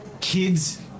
kids